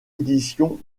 édition